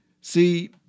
See